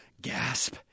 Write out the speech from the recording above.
gasp